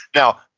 now,